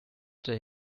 der